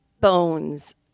bones